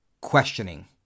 questioning